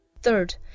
Third